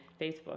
Facebook